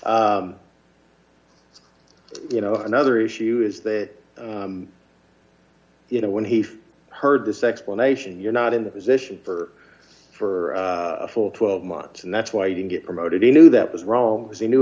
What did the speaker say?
jobs you know another issue is that you know when he st heard this explanation you're not in the position for for a full twelve months and that's why you didn't get promoted he knew that was wrong because he knew